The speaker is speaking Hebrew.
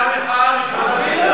זו המחאה הראשונה.